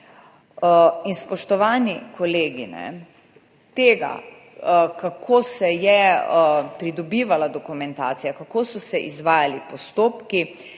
Spoštovani kolegi, tega, kako se je pridobivala dokumentacija, kako so se izvajali postopki,